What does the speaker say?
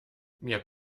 mir